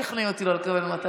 לא, לא תשכנעי אותי לא לקבל מתנה.